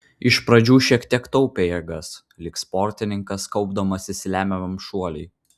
iš pradžių šiek tiek taupė jėgas lyg sportininkas kaupdamasis lemiamam šuoliui